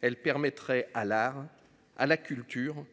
Elle permettrait à l'art à la culture